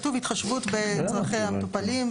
ההסתייגות מספר 16?